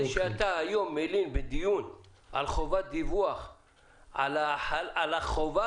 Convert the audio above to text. זה שאתה מלין היום בדיון על חובת דיווח על החובה